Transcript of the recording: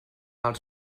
els